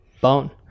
Bone